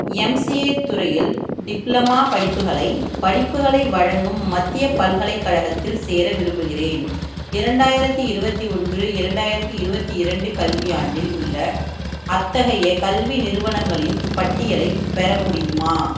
MCA துறையில் diploma படிப்புகளை படிப்புகளை வழங்கும் மத்தியப் பல்கலைக்கழகத்தில் சேர விரும்புகிறேன் இரண்டாயிரத்து இருபத்தி ஒன்று இரண்டாயிரத்து இருபத்தி இரண்டு கல்வியாண்டில் உள்ள அத்தகைய கல்வி நிறுவனங்களின் பட்டியலைப் பெற முடியுமா